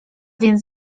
więc